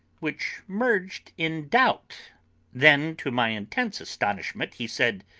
which merged in doubt then, to my intense astonishment, he said